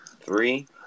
Three